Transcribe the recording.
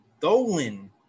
Dolan